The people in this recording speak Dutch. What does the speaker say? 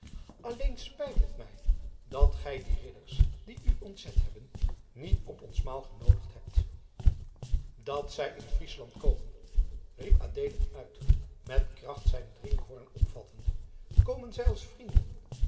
alleen spijt het mij dat gij die ridders die u ontzet hebben niet op ons maal genoodigd hebt dat zij in friesland komen riep adeelen uit met kracht zijn drinkhoorn opvattende komen zij als vrienden